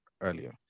earlier